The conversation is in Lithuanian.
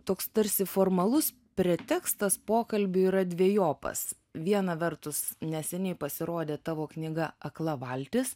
toks tarsi formalus pretekstas pokalbiui yra dvejopas viena vertus neseniai pasirodė tavo knyga akla valtis